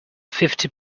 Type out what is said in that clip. fifty